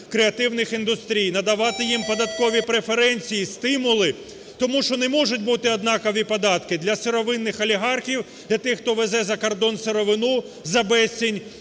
креативних індустрій, надавати їм податкові преференції, стимули, тому що не можуть бути однакові податки для сировинних олігархів, для тих хто везе за кордон сировину за безцінь